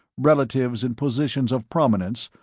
relatives in positions of prominence,